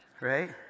right